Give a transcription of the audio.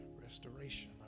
Restoration